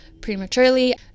prematurely